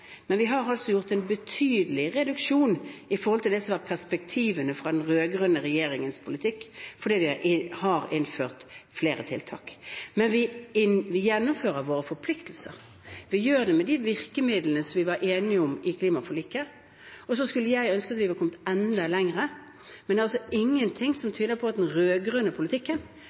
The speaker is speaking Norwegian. forhold til det som var perspektivene i den rød-grønne regjeringens politikk, fordi vi har innført flere tiltak. Men vi gjennomfører våre forpliktelser. Vi gjør det med de virkemidlene som vi var enige om i klimaforliket, og jeg skulle ønske at vi var kommet enda lenger. Men det er altså ingenting som tyder på at den rød-grønne politikken